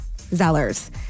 Zeller's